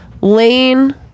lane